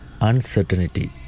uncertainty